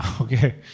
Okay